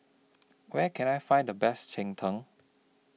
Where Can I Find The Best Cheng Tng